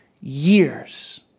years